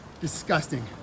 Disgusting